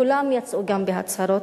כולם יצאו גם בהצהרות,